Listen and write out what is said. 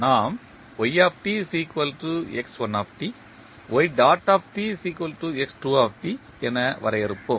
நாம் என வரையறுப்போம்